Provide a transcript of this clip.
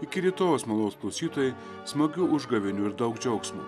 iki rytojaus maldos klausytojai smagių užgavėnių ir daug džiaugsmo